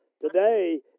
today